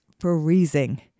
freezing